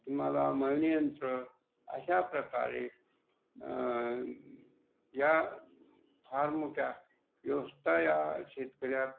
तुम्हांला मळणीयंत्र अशाप्रकारे या फार मोठ्या व्यवस्था या शेतकऱ्यात